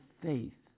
faith